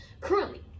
Currently